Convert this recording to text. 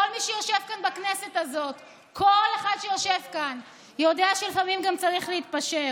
כל מי שיושב כאן בכנסת הזאת יודע שלפעמים גם צריך להתפשר.